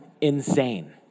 insane